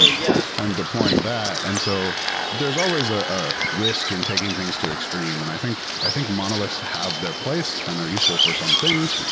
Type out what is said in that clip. yeah i'm deploying that. and so there's always ah a risk in taking things too extreme, and i think i think monoliths have their place and they're useful for some things,